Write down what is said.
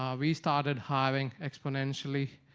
um we started hiring exponentially,